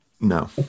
No